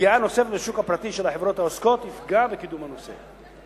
פגיעה נוספת בשוק הפרטי של החברות העוסקות תפגע בקידום הנושא.